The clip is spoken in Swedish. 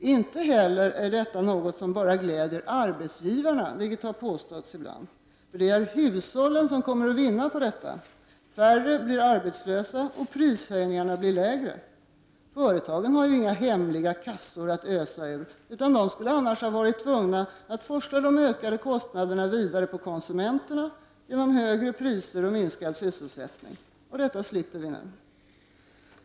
Inte heller är detta något som bara gläder arbetsgivarna, vilket har påståtts ibland. Det är hushållen som är vinnarna, eftersom färre blir arbetslösa och prishöjningarna blir lägre. Företagen har ju inga hemliga kassor att ösa ur, utan de skulle annars ha varit tvungna att forsla de ökade kostnaderna vidare på konsumenterna genom höjda priser och minskad sysselsättning. Detta slipper vi nu.